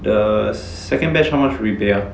the second batch how much did we pay ah